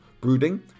brooding